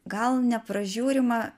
gal nepražiūrima